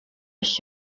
ich